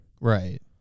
Right